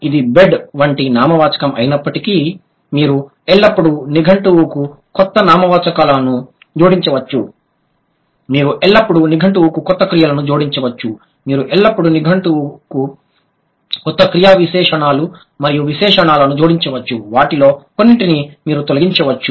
ఇది బెడ్ వంటి నామవాచకం అయినప్పుడు మీరు ఎల్లప్పుడూ నిఘంటువుకు కొత్త నామవాచకాలను జోడించవచ్చు మీరు ఎల్లప్పుడూ నిఘంటువుకు కొత్త క్రియలను జోడించవచ్చు మీరు ఎల్లప్పుడూ నిఘంటువుకు కొత్త క్రియా విశేషణాలు మరియు విశేషణాలను జోడించవచ్చు వాటిలో కొన్నింటిని మీరు తొలగించవచ్చు